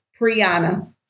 Priyana